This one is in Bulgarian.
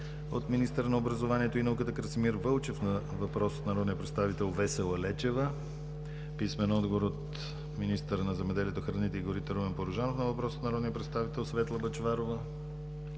- министъра на образованието и науката – Красимир Вълчев, на въпрос от народния представител Весела Лечева; - министъра на земеделието, храните и горите – Румен Порожанов, на въпрос от народния представител Светла Бъчварова;